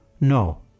No